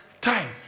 time